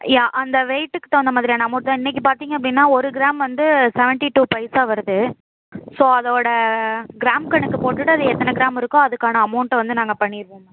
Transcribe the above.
யா அந்த வெயிட்டுக்கு தகுந்த மாதிரியான அமௌண்ட்டு தான் இன்றைக்கு பார்த்தீங்க அப்படின்னா ஒரு கிராம் வந்து சவன்ட்டி டூ பைசா வருது ஸோ அதோடய கிராம் கணக்கு போட்டுவிட்டு அது எத்தனை கிராம் இருக்கோ அதுக்கான அமௌண்ட்டை வந்து நாங்கள் பண்ணிடுவோம் மேம்